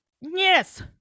yes